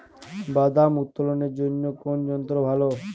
বাদাম উত্তোলনের জন্য কোন যন্ত্র ভালো?